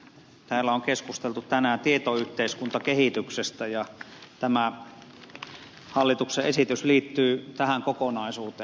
täällä on keskusteltu tänään tietoyhteiskuntakehityksestä ja tämä hallituksen esitys liittyy tähän kokonaisuuteen